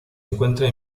encuentra